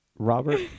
Robert